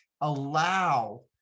allow